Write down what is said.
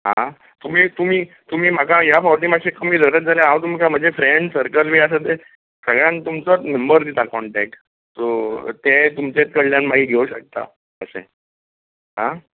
आं तमी तुमी तुमी म्हाका ह्या फावटी मातशे कमी धरत जाल्या हांव तुमकां म्हाजे फ्रेंण सर्कल बी आसा तें सगल्यांक तुमचोच नंबर दिता कॉन्टेक्ट सो ते तुमचेच कडल्यान मागीर घेवंक शकता अशें हां